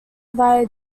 via